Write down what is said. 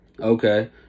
Okay